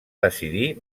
decidir